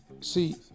See